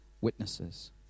witnesses